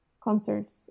concerts